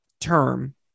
term